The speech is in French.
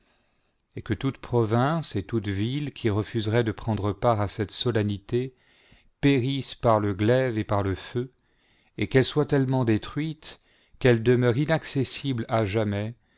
et que toute province et toute ville qui refuserait de prendre part à cette solennité périsse par le glaive et par le feu et qu'elle soit tellement détruite qu'elle demeure inaccessible à jamais